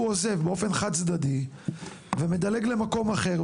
עוזב באופן חד-צדדי ומדלג למקום אחר,